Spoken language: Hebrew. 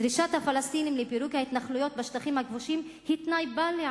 דרישת הפלסטינים לפירוק ההתנחלויות בשטחים הכבושים היא תנאי בל יעבור,